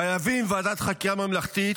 חייבים ועדת חקירה ממלכתית.